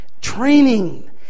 training